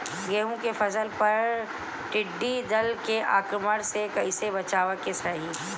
गेहुँ के फसल पर टिड्डी दल के आक्रमण से कईसे बचावे के चाही?